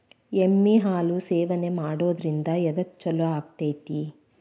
ಎಮ್ಮಿ ಹಾಲು ಸೇವನೆ ಮಾಡೋದ್ರಿಂದ ಎದ್ಕ ಛಲೋ ಆಕ್ಕೆತಿ?